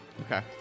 Okay